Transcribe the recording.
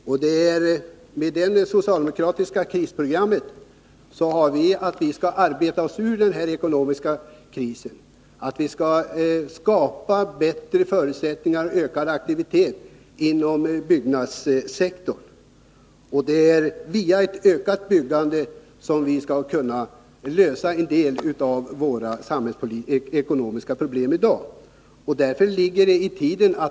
I det socialdemokratiska krisprogrammet sägs att vi skall arbeta oss ur den ekonomiska krisen, att vi skall skapa bättre förutsättningar och ökad aktivitet inom byggnadssektorn. Det är via ett ökat byggande som vi skall kunna lösa en del av de ekonomiska problem vi har i dag. Därför ligger detta i tiden.